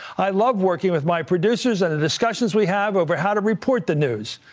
i love working with my producers of the discussions we have over how to report the news.